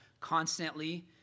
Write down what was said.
constantly